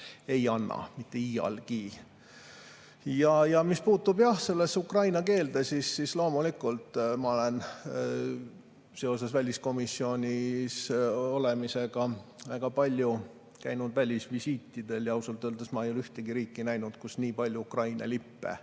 ei anna, mitte iialgi. Mis puutub ukraina keelde, siis loomulikult ma olen seoses väliskomisjonis olemisega väga palju käinud välisvisiitidel ja ausalt öeldes ma ei ole näinud ühtegi teist riiki, kus nii palju Ukraina lippe